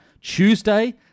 Tuesday